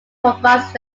provides